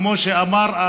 כמו שאמר,